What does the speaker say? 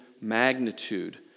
magnitude